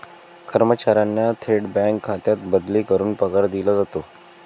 कर्मचाऱ्यांना थेट बँक खात्यात बदली करून पगार दिला जातो